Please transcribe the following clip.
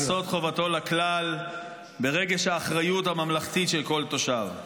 "לעשות חובתו לכלל ברגש של האחריות הממלכתית של כל תושב".